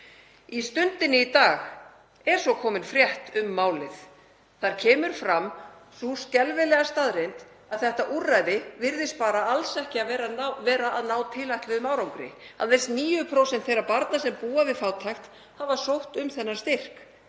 Í Stundinni í dag er svo komin frétt um málið. Þar kemur fram sú skelfilega staðreynd að þetta úrræði virðist bara alls ekki hafa náð tilætluðum árangri. Aðeins 9% þeirra barna sem búa við fátækt hafa sótt um þennan styrk.